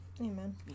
Amen